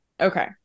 Okay